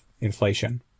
inflation